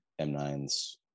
m9s